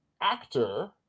actor